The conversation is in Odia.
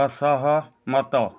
ଅସହମତ